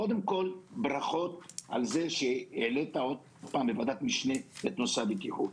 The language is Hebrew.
קודם כול ברכות על כך שהעלית פעם נוספת בוועדת משנה את נושא הבטיחות.